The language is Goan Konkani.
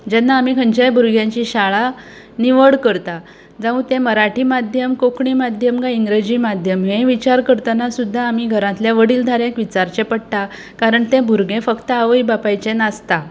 जेन्ना आमी खंयचेय भुरग्यांची शाळा निवड करता जावं तें मराठी माध्यम कोंकणी माध्यम कांय इंग्रजी माध्यम हें विचार करतना सुद्दां आमी घरांतल्या वडील धाऱ्याक विचारचें पडटा कारण तें भुरगें फक्त आवय बापायचें नासता